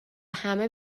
همه